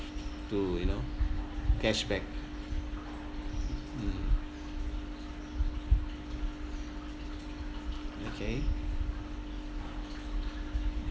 to you know cash back mm okay